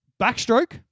Backstroke